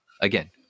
again